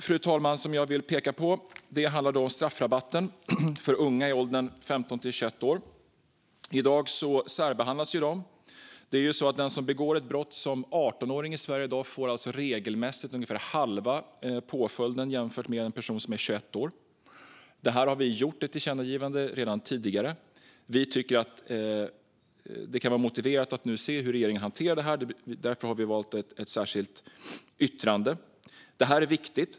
Det andra jag vill peka på handlar om straffrabatten för unga i åldern 15-20 år. I dag särbehandlas de. Den 18-åring som begår brott får regelmässigt ungefär halva påföljden av vad en 21-åring får. Vi har gjort ett tillkännagivande om detta tidigare, och eftersom vi tycker att det kan vara motiverat att se hur regeringen väljer att hantera det har vi valt att göra ett särskilt yttrande. Detta är viktigt.